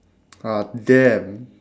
ah damn